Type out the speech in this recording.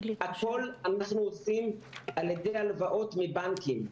את הכול אנחנו עושים על ידי הלוואות מבנקים.